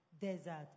desert